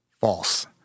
false